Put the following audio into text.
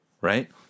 Right